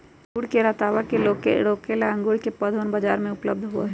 अंगूर के लतावा के रोके ला अंगूर के पौधवन बाजार में उपलब्ध होबा हई